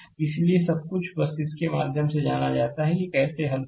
इसलिए सब कुछ बस इसके माध्यम से जाना जाता है कि कैसे हल करें